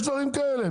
יש דברים כאלה.